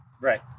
Right